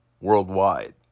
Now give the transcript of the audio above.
worldwide